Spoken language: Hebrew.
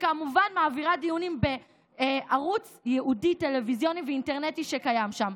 וכמובן מעבירה דיונים בערוץ ייעודי טלוויזיוני ואינטרנטי שקיים שם.